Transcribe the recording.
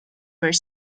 were